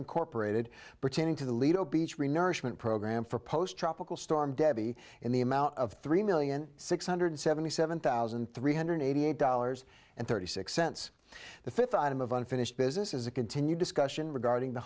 incorporated pertaining to the lido beach renourishment program for post tropical storm debby in the amount of three million six hundred seventy seven thousand three hundred eighty eight dollars and thirty six cents the fifth item of unfinished business is a continued discussion regarding the